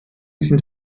sind